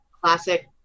classic